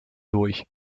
durch